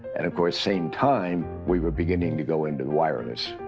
and of course, same time we were beginning to go into wireless.